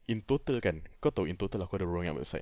in total kan kau tahu in total aku ada berapa banyak website